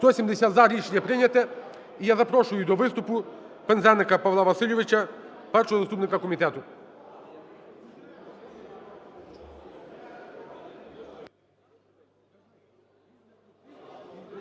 За-170 Рішення прийняте. І я запрошую до виступу Пинзеника Павла Васильовича, першого заступника Комітету.